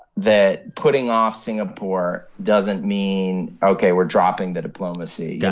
that putting off singapore doesn't mean, ok, we're dropping the diplomacy. yeah